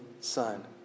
son